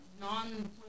non